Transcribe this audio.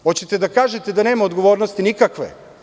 Hoćete da kažete da nema odgovornosti nikakve?